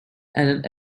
and